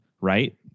right